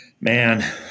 Man